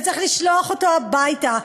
וצריך לשלוח אותו הביתה,